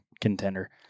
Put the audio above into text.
contender